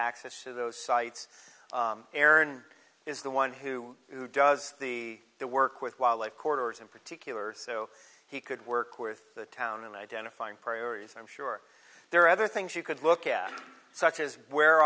access to those sites aaron is the one who who does the work with wildlife corridors in particular so he could work with the town and identifying priorities i'm sure there are other things you could look at such as where